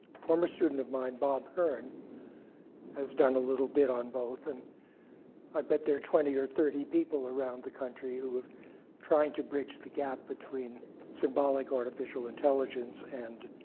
former student of mine bob hearn has done a little bit on both. and i bet there are twenty or thirty people around the country, who are trying to bridge the gap between symbolic artificial intelligence and